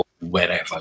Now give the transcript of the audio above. wherever